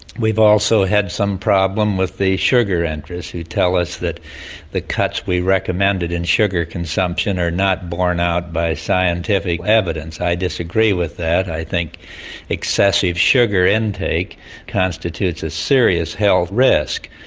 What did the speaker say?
we've also had some problem with the sugar interests who tell us that the cuts we recommended in sugar consumption are not borne out by scientific evidence. i disagree with that, i think excessive sugar intake constitutes a serious health risk.